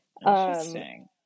Interesting